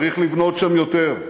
צריך לבנות שם יותר,